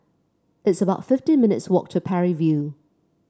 it's about fifty minutes' walk to Parry View